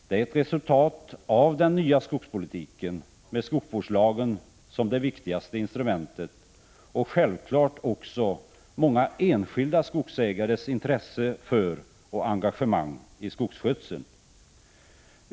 Det är ett resultet av den nya skogspolitiken med skogsvårdslagen som det viktigaste instrumentet och självfallet också många enskilda skogsägares intresse för och engagemang i skogsskötseln.